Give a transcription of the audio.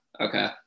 Okay